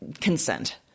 consent